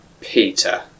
Peter